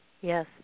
yes